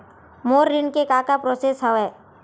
मोर ऋण के का का प्रोसेस हवय?